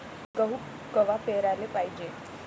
गहू कवा पेराले पायजे?